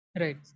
Right